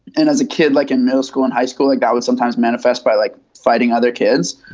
and as a kid like in middle school and high school like that would sometimes manifest by like fighting other kids.